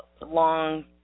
long